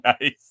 nice